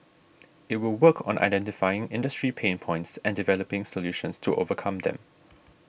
it will work on identifying industry pain points and developing solutions to overcome them